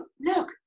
look